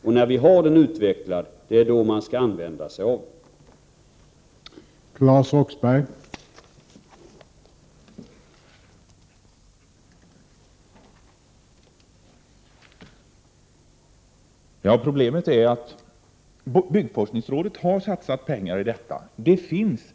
Det är när tekniken är utvecklad som man skall använda sig av den.